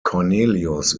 cornelius